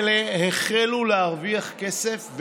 הרשויות האלה החלו להרוויח כסף,